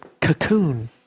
cocoon